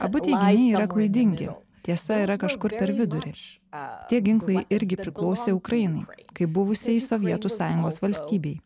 abu teiginiai yra klaidingi tiesa yra kažkur per vidurį tie ginklai irgi priklausė ukrainai kaip buvusiai sovietų sąjungos valstybei